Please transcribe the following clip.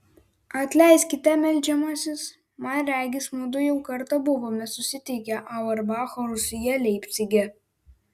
atleiskite meldžiamasis man regis mudu jau kartą buvome susitikę auerbacho rūsyje leipcige